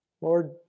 Lord